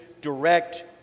direct